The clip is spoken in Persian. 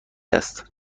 است